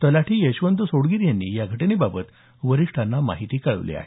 तलाठी यशवंत सोडगीर यांनी या घटनेबाबत वरिष्ठांना माहिती दिली आहे